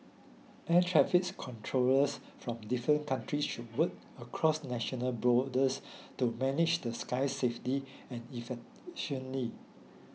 air traffic controllers from different countries should work across national borders to manage the skies safely and efficiently